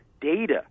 data